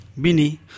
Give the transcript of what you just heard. bini